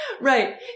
Right